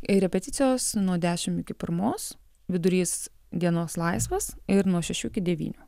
ir repeticijos nuo dešimt iki pirmos vidurys dienos laisvas ir nuo šešių iki devynių